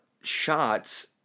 shots